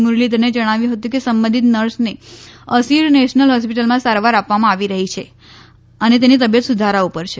મુરલીધરને જણાવ્યું હતું કે સંબંધીત નર્સને અસીર નેશનલ હોસ્પીટલમાં સારવાર આપવામાં આવી રહી છે અને તેની તબીયત સુધારા ઉપર છે